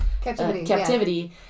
captivity